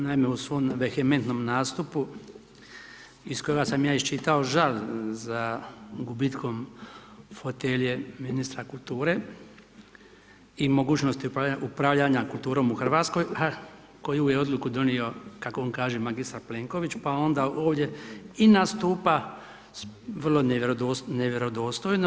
Naime, u svom vehementnom nastupu iz kojega sam ja iščitao žaljenje za gubitkom fotelje ministra kulture i mogućnosti upravljanja kulturom u Hrvatskoj, koji je odluku donio, kako on kaže magistar Plenković pa onda ovdje i nastupa nevjerodostojno.